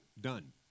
done